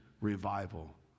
revival